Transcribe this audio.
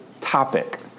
topic